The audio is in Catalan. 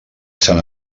sant